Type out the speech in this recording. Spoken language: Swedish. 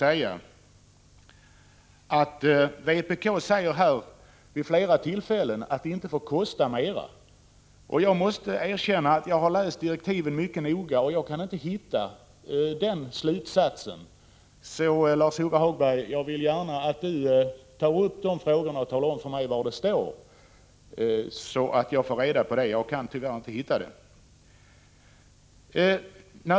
Lars-Ove Hagberg sade vid flera tillfällen att arbetslöshetsersättningarna enligt direktiven inte får kosta mer. Jag måste erkänna att jag, trots att jag har läst direktiven mycket noga, inte kan förstå hur han kan dra den slutsatsen. Jag vill därför gärna att Lars-Ove Hagberg talar om för mig var i direktiven det står att nuvarande kostnader inte får öka. Jag kan tyvärr inte hitta det.